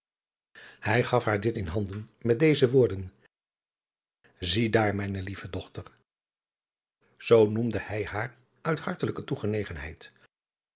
hij gaf haar dit in handen met deze woorden ziedaar mijne lieve dochter zoo noemde hij haar uit hartelijke